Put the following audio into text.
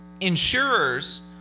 insurers